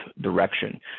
direction